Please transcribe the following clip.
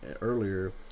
earlier